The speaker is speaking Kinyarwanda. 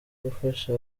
gufasha